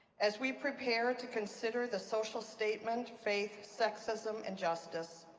as we prepare to consider the social statement faith, sexism and justice,